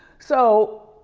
so,